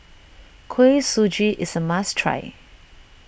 Kuih Suji is a must try